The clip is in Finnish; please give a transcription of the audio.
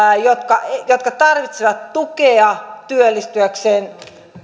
jotka jotka tarvitsevat tukea työllistyäkseen